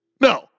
No